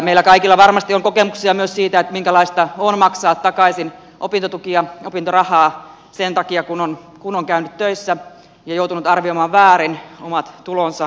meillä kaikilla varmasti on kokemuksia myös siitä minkälaista on maksaa takaisin opintotukia ja opintorahaa sen takia kun on käynyt töissä ja joutunut arvioimaan väärin omat tulonsa